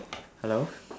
hello